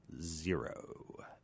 Zero